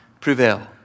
prevail